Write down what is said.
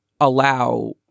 allow